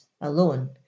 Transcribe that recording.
alone